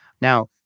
Now